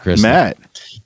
Matt